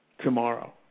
tomorrow